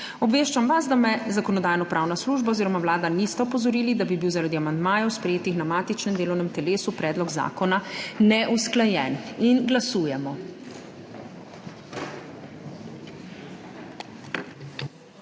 Obveščam vas, da me Zakonodajno-pravna služba oziroma Vlada nista opozorili, da bi bil zaradi amandmajev, sprejetih na matičnem delovnem telesu, predlog zakona neusklajen. Glasujemo.